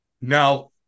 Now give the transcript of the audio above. Now